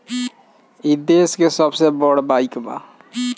ई देस के सबसे बड़ बईक बा